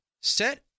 set